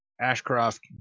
Ashcroft